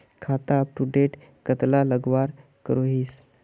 खाता अपटूडेट कतला लगवार करोहीस?